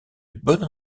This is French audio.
bonne